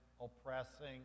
oppressing